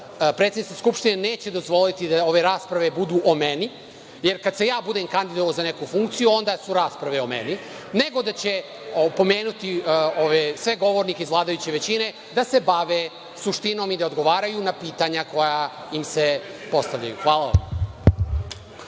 predsednica skupštine neće da ove rasprave budu o meni, jer kad se ja budem kandidovao za neku funkciju onda su rasprave o meni, nego da će opomenuti sve govornike iz vladajuće većine da se bave suštinom i da odgovaraju na pitanja koja im se postavljaju. Hvala vam.